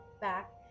back